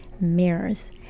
mirrors